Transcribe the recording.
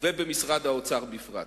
ובמשרד האוצר בפרט.